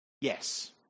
Yes